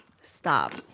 Stop